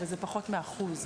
אבל זה פחות מאחוז אחד.